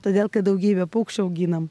todėl kad daugybę paukščių auginam